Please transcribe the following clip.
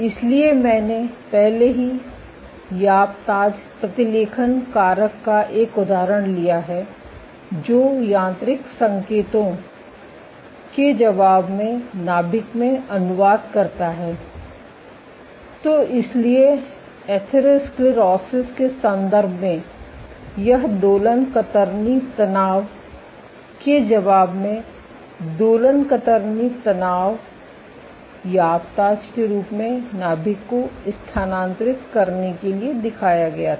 इसलिए मैंने पहले ही यापताप YAPTAZ प्रतिलेखन कारक का एक उदाहरण लिया है जो यांत्रिक संकेतों के जवाब में नाभिक में अनुवाद करता है तो इसलिए एथेरोस्क्लेरोसिस के संदर्भ में यह दोलन कतरनी तनाव के जवाब में दोलक कतरनी तनाव यापताप YAPTAZ के रूप में नाभिक को स्थानांतरित करने के लिए दिखाया गया था